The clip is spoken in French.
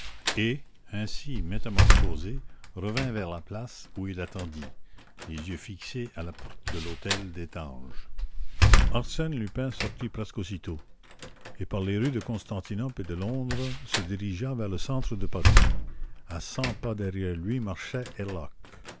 et ainsi métamorphosé revint vers la place où il attendit les yeux fixés à la porte de l'hôtel destange arsène lupin sortit presque aussitôt et par les rues de constantinople et de londres se dirigea vers le centre de paris à cent pas derrière lui marchait